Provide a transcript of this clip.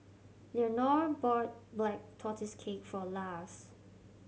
Leonore bought Black Tortoise Cake for Lars